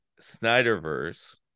Snyderverse